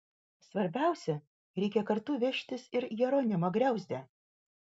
svarbiausia reikia kartu vežtis ir jeronimą griauzdę